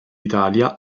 italia